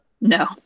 No